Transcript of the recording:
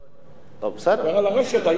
הוא דיבר על הרשת, לא אני.